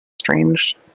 Strange